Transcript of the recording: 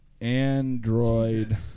Android